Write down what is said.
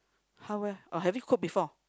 how well or have you cook before